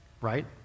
right